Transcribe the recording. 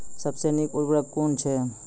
सबसे नीक उर्वरक कून अछि?